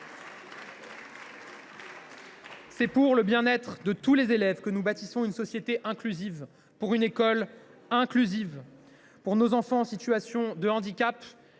C’est pour le bien être de tous les élèves que nous bâtissons une école inclusive, pour une société inclusive. Pour nos enfants en situation de handicap,